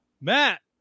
matt